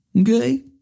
Okay